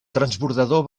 transbordador